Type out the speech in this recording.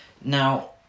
Now